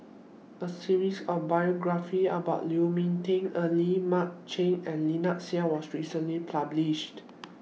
A series of biographies about Lu Ming Teh Earl Mark Chan and Lynnette Seah was recently published